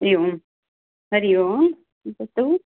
हरिः ओं हरिः ओं वदतु